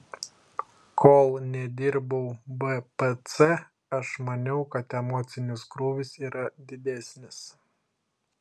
kol nedirbau bpc aš maniau kad emocinis krūvis yra didesnis